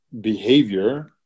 behavior